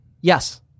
Yes